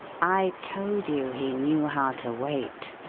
i told you he knew how to wait.